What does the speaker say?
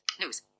News